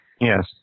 Yes